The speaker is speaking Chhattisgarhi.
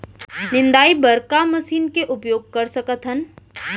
निंदाई बर का मशीन के उपयोग कर सकथन?